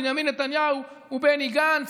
בנימין נתניהו ובני גנץ.